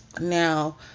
Now